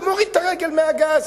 הוא מוריד את הרגל מהגז.